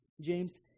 James